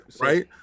right